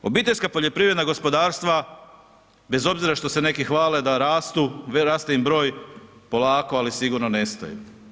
Obiteljska poljoprivredna gospodarstva bez obzira što se neki hvale da rastu, raste im broj polako ali sigurno nestaju.